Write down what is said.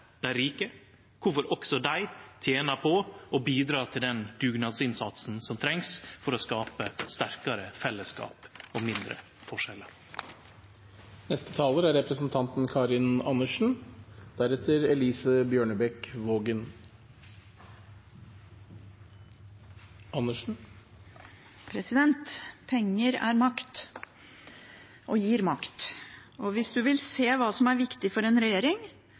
dei rike kvifor også dei tener på å bidra til den dugnadsinnsatsen som trengst for å skape sterkare fellesskap og mindre forskjellar. Penger er makt og gir makt, og hvis man vil se hva som er viktig for en regjering,